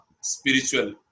spiritual